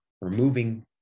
removing